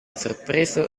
sorpreso